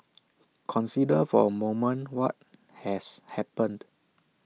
consider for A moment what has happened